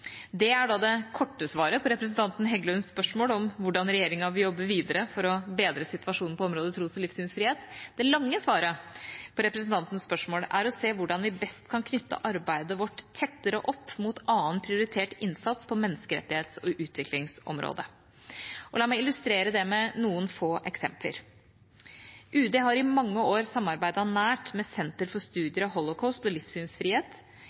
Det er da det korte svaret på representanten Heggelunds spørsmål om hvordan regjeringa vil jobbe videre for å bedre situasjonen på området tros- og livssynsfrihet. Det lange svaret på representantens spørsmål er å se på hvordan vi best kan knytte arbeidet vårt tettere opp mot annen prioritert innsats på menneskerettighets- og utviklingsområdet. La meg illustrere det med noen få eksempler: UD har i mange år samarbeidet nært med Senter for studier av Holocaust og